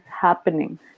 happening